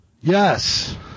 Yes